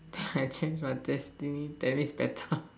I change my destiny that means better